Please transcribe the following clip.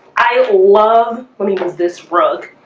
i love when he goes this rug